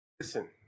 Listen